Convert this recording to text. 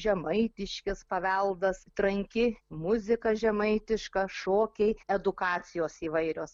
žemaitiškas paveldas tranki muzika žemaitiška šokiai edukacijos įvairios